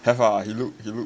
have lah he looked he looked